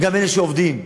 גם מאלה שעובדים,